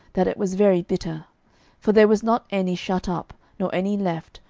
that it was very bitter for there was not any shut up, nor any left,